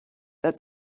that